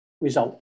result